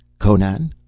conan?